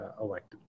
elected